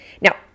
Now